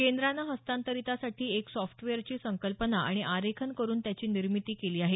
केंद्रानं हस्तांतरीतासाठी एक सॉफ्टवेअरची संकल्पना आणि आरेखन करुन त्याची निर्मिती केली आहे